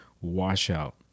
washout